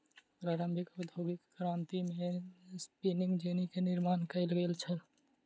प्रारंभिक औद्योगिक क्रांति में स्पिनिंग जेनी के निर्माण कयल गेल छल